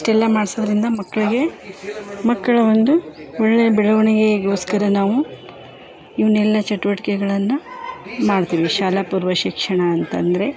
ಇಷ್ಟೆಲ್ಲಾ ಮಾಡಿಸೋದ್ರಿಂದ ಮಕ್ಕಳಿಗೆ ಮಕ್ಕಳ ಒಂದು ಒಳ್ಳೆಯ ಬೆಳವಣಿಗೆಗೋಸ್ಕರ ನಾವು ಇವನ್ನೆಲ್ಲ ಚಟುವಟಿಕೆಗಳನ್ನು ಮಾಡ್ತೀವಿ ಶಾಲಾ ಪೂರ್ವ ಶಿಕ್ಷಣ ಅಂತಂದರೆ